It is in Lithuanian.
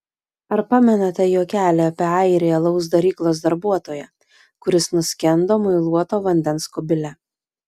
ar pamenate juokelį apie airį alaus daryklos darbuotoją kuris nuskendo muiluoto vandens kubile